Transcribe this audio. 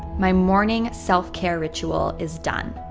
my morning self care ritual is done.